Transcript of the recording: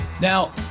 Now